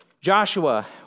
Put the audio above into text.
Joshua